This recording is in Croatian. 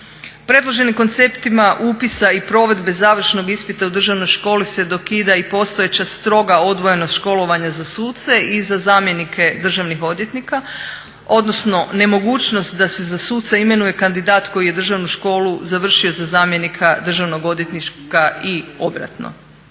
Predloženim konceptima upisa i provedbe završnog ispita u državnoj školi se dokida i postojeća stroga odvojenost školovanja za suce i za zamjenike državnih odvjetnika, odnosno nemogućnost da se za suca imenuje kandidat koji je državnu školu završio za zamjenika državnog odvjetnika i obratno.